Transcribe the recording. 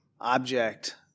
object